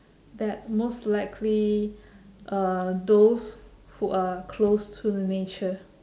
that most likely uh those who are close to the nature